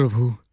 who